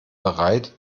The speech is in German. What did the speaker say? bereit